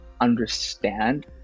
understand